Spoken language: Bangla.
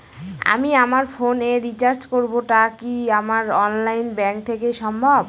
আমি আমার ফোন এ রিচার্জ করব টা কি আমার অনলাইন ব্যাংক থেকেই সম্ভব?